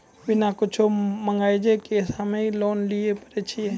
बिना कुछो मॉर्गेज के हम्मय लोन लिये पारे छियै?